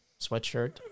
sweatshirt